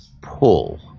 pull